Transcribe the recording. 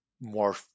more